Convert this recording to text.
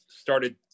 started